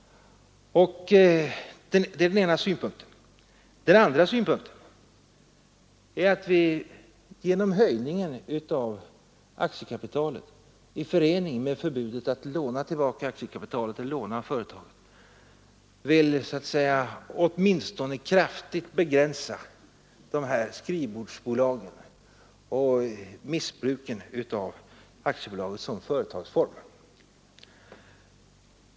Den andra synpunkten är att vi genom höjningen av aktiekapitalet i förening med förbudet att låna tillbaka aktiekapitalet av företaget åtminstone kraftigt skall kunna begränsa skrivbordsbolagen och missbruken av aktiebolagsformen.